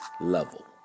level